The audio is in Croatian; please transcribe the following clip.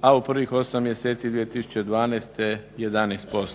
a u prvih 8 mjeseci 2012. 11%.